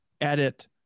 edit